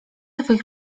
twoich